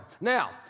Now